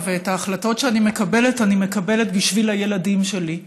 ושאת ההחלטות שאני מקבלת אני מקבלת בשביל הילדים שלי.